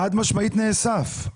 חד משמעית נאסף.